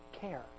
care